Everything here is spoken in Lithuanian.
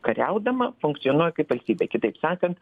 kariaudama funkcionuoja kaip valstybė kitaip sakant